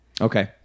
Okay